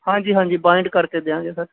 ਹਾਂਜੀ ਹਾਂਜੀ ਵਾਇੰਡ ਕਰਕੇ ਦਿਆਂਗੇ ਸਰ